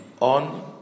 on